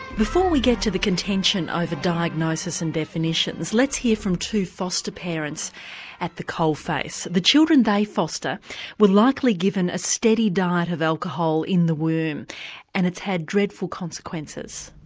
before we get to the contention over diagnosis and definitions, let's hear from two foster parents at the coal face. the children they foster were likely given a steady diet of alcohol in the womb and it's had dreadful consequences.